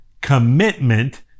commitment